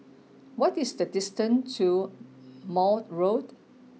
what is the distance to Maude Road